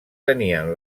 tenien